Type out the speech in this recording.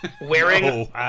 wearing